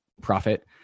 profit